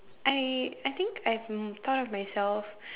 I I think I have proud of myself